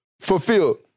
fulfilled